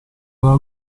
alla